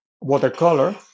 watercolor